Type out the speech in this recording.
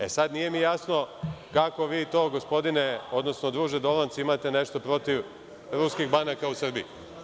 E, sad, nije mi jasno, kako vi to gospodine, odnosno druže Dolanc imate nešto protiv ruskih banaka u Srbiji?